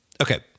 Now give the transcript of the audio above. Okay